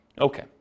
Okay